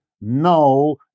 no